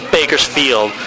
Bakersfield